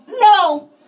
No